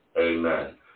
Amen